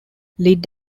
lead